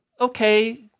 Okay